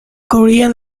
korean